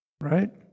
Right